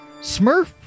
Smurf